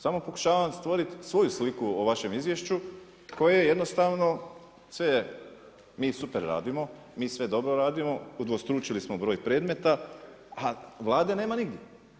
Samo pokušavam stvoriti svoju sliku o vašem izvješću koje je jednostavno, sve mi super radimo, mi sve dobro radimo, udvostručili smo broj predmeta a Vlade nema nigdje.